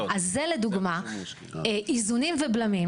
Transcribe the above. אז זה לדוגמא איזונים ובלמים,